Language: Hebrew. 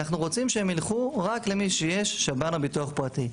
אנחנו רוצים שהם ילכו רק למי שיש שב"ן או ביטוח פרטי.